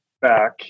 back